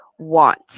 want